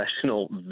professional